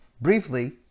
briefly